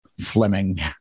Fleming